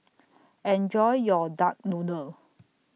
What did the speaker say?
Enjoy your Duck Noodle